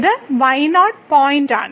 ഇത് y0 പോയിന്റിലാണ്